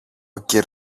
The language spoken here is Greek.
κυρ